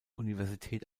universität